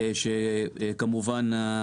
כמובן,